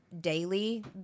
daily